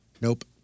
Nope